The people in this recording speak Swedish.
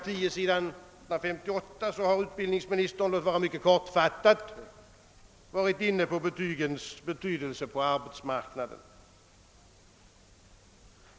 10, s. 158, har utbildningsministern — låt vara mycket kortfattat — varit inne på betygens betydelse på arbetsmarknaden.